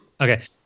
Okay